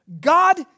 God